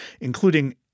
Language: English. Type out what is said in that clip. including